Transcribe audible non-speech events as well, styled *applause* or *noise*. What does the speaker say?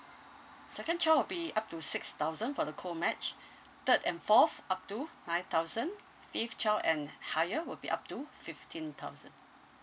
second child will be up to six thousand for the co match *breath* third and fourth up to nine thousand fifth child and higher will be up to fifteen thousand